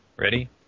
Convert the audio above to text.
Ready